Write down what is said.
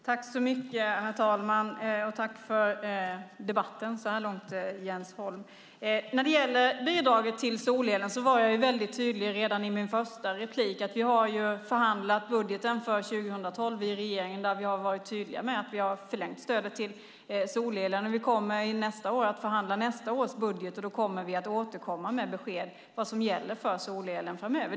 Herr talman! Tack, Jens Holm, för debatten. När det gäller bidraget till solelen var jag tydlig redan i mitt första inlägg. Regeringen har förhandlat budgeten för 2012 och varit tydliga med att vi har förlängt stödet till solelen. Nästa år förhandlar vi nästa års budget, och då återkommer vi med besked om vad som gäller för solelen framöver.